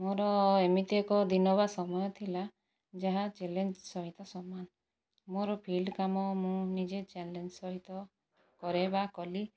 ମୋର ଏମିତି ଏକ ଦିନ ବା ସମୟ ଥିଲା ଯାହା ଚ୍ୟାଲେଞ୍ଜ ସହିତ ସମାନ ମୋ'ର ଫିଲ୍ଡ କାମ ମୁଁ ନିଜେ ଚ୍ୟାଲେଞ୍ଜ ସହିତ କରେ ବା କଲି